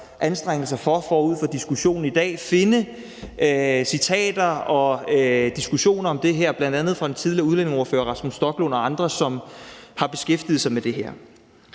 anstrengelser for forud for diskussionen i dag – finde citater og diskussioner om det her, bl.a. fra den tidligere udlændingeordfører Rasmus Stoklund og andre, som har beskæftiget sig med det her.